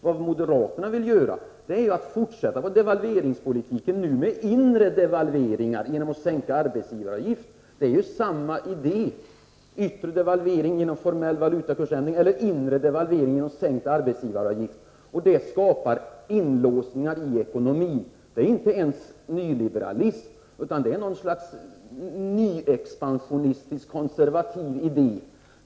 Vad moderaterna gör är att fortsätta med devalveringspolitiken, nu med inre devalveringar genom att sänka arbetsgivaravgifterna. Det är samma idé: yttre devalvering genom formella valutakursändringar och inre devalvering genom en sänkning av arbetsgivaravgiften. Detta skapar inlåsningar i ekonomin. Det är inte ens nyliberalism, utan det är ett slags nyexpansionistisk konservativ idé.